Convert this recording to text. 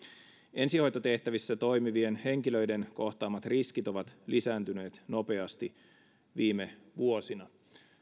ensihoitotehtävissä toimivien henkilöiden kohtaamat riskit ovat lisääntyneet nopeasti viime vuosina